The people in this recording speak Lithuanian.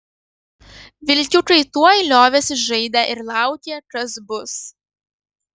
vilkiukai tuoj liovėsi žaidę ir laukė kas bus